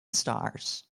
stars